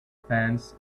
pants